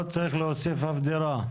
לא צריך להוסיף אף דירה.